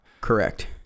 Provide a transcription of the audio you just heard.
correct